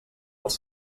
els